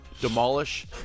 demolish